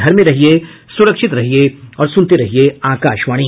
घर में रहिये सुरक्षित रहिये और सुनते रहिये आकाशवाणी